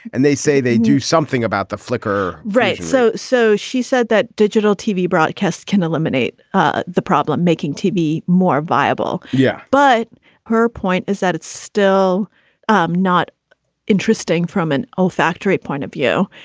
and they say they do something about the flicker, right? so. so she said that digital tv broadcasts can eliminate ah the problem, making tv more viable. yeah, but her point is that it's still um not interesting from an olfactory point of view.